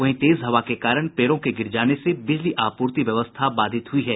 वहीं तेज हवा के कारण पेड़ों के गिर जाने से बिजली आपूर्ति व्यवस्था बाधित हुई है